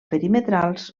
perimetrals